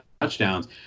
touchdowns